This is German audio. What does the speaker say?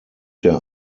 der